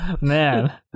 Man